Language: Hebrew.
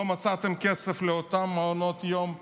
לא מצאתם כסף לאותם מעונות יום ממוגנים,